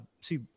See